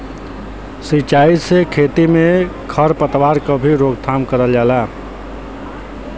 सिंचाई से खेती में खर पतवार क भी रोकथाम करल जाला